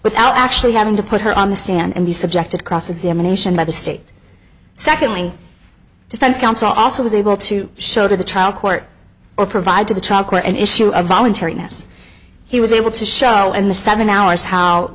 without actually having to put her on the stand and be subject to cross examination by the state secondly defense counsel also was able to show to the trial court or provide to the trial court an issue of voluntariness he was able to show in the seven hours how